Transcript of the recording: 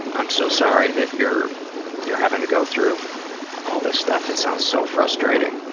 i'm so sorry that you're you're having to go through all this stuff. it sounds so frustrating.